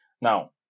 Now